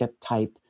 type